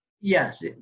Yes